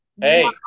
Hey